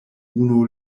unu